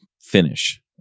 finish